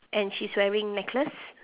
and she's wearing necklace